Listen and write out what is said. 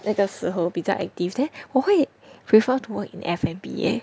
那个时候比较 active then 我会 prefer to work in F&B eh